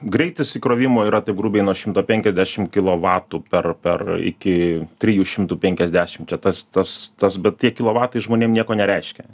greitis įkrovimo yra taip grubiai nuo šimto penkiasdešim kilovatų per per iki trijų šimtų penkiasdešim čia tas tas tas bet tie kilovatai žmonėm nieko nereiškia